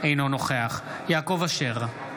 אינו נוכח יעקב אשר,